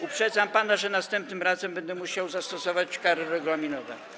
Uprzedzam pana, że następnym razem będę musiał zastosować kary regulaminowe.